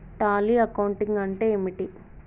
Tally accounting అంటే ఏమిటి?